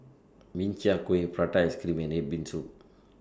Min Chiang Kueh Prata Ice Cream and Red Bean Soup